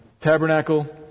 tabernacle